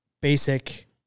basic